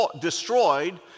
destroyed